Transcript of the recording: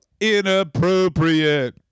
Inappropriate